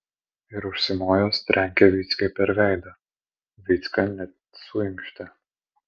ir užsimojęs trenkė vyckai per veidą vycka net suinkštė